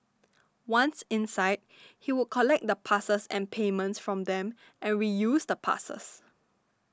once inside he would collect the passes and payments from them and reuse the passes